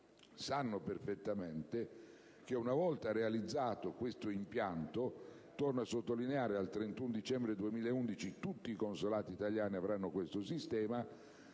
sanno perfettamente che, una volta realizzato questo impianto (torno a sottolineare che, al 31 dicembre 2011, tutti i consolati italiani avranno il sistema